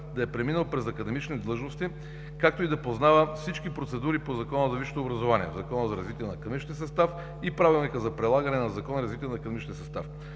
да е преминал през академични длъжности, както и да познава всички процедури по Закона за висшето образование, Закона за развитие на академичния състав и Правилника за прилагане на Закона за развитие на академичния състав.